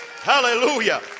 Hallelujah